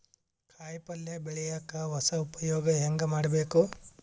ಕಾಯಿ ಪಲ್ಯ ಬೆಳಿಯಕ ಹೊಸ ಉಪಯೊಗ ಹೆಂಗ ಮಾಡಬೇಕು?